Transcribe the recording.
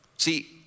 See